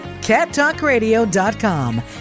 CatTalkRadio.com